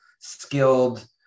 skilled